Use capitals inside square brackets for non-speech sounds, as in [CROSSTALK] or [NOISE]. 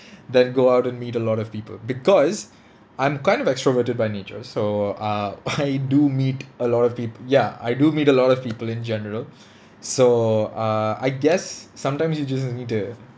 than go out and meet a lot of people because I'm kind of extroverted by nature so uh [LAUGHS] I do meet a lot of peop~ ya I do meet a lot of people in general so uh I guess sometimes you just need to